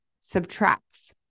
subtracts